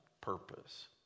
purpose